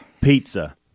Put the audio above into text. Pizza